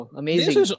amazing